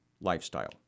lifestyle